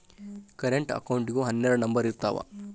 current ಅಕೌಂಟಿಗೂ ಹನ್ನೆರಡ್ number ಇರ್ತಾವ